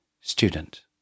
Student